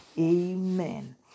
Amen